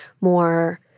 more